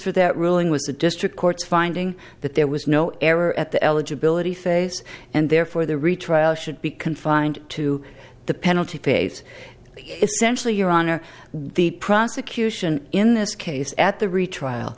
for that ruling was the district court's finding that there was no error at the eligibility face and therefore the retrial should be confined to the penalty phase essentially your honor the prosecution in this case at the retrial